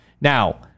Now